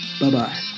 Bye-bye